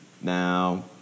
Now